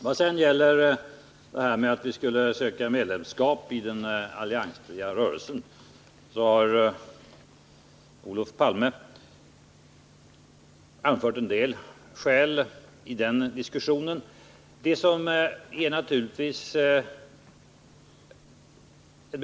Vad sedan gäller detta att vi skulle söka medlemskap i den alliansfria rörelsen har Olof Palme i den diskussionen anfört en del skäl.